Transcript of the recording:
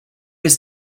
his